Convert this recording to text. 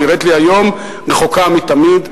נראית לי היום רחוקה מתמיד.